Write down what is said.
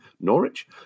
Norwich